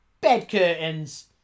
Bed-curtains